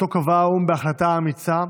שאותו קבע האו"ם בהחלטה אמיצה,